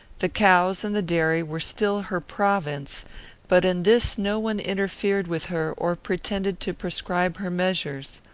the cows and the dairy were still her province but in this no one interfered with her or pretended to prescribe her measures.